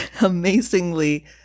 amazingly